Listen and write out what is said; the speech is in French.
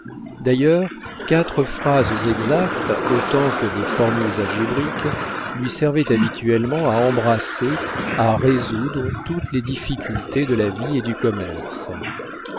d'ailleurs quatre phrases exactes autant que des formules algébriques lui servaient habituellement à embrasser à résoudre toutes les difficultés de la vie et du commerce